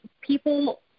people